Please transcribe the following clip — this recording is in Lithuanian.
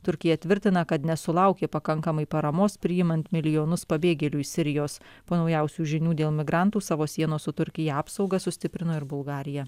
turkija tvirtina kad nesulaukė pakankamai paramos priimant milijonus pabėgėlių iš sirijos po naujausių žinių dėl migrantų savo sienos su turkija apsaugą sustiprino ir bulgarija